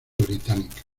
británica